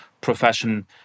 profession